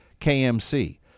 KMC